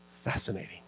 fascinating